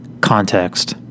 context